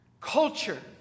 culture